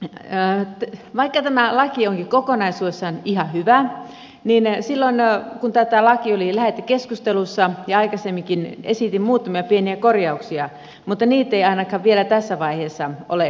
vaikka tämä laki onkin kokonaisuudessaan ihan hyvä niin silloin kun tämä laki oli lähetekeskustelussa ja aikaisemminkin esitin muutamia pieniä korjauksia mutta niitä ei ainakaan vielä tässä vaiheessa ole hyväksytty